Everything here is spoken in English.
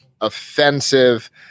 offensive